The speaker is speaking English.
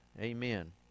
Amen